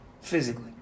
physically